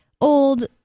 old